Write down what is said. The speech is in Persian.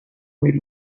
میری